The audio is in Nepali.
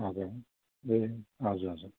हजुर ए हजुर हजुर